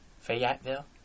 Fayetteville